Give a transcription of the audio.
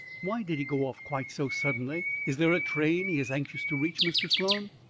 why did he go off quite so suddenly? is there a train he is anxious to reach? mr. sloan,